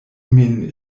min